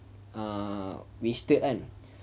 err wasted kan